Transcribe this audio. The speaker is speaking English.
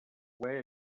away